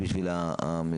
רק בשביל המיגרנה?